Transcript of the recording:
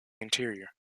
interior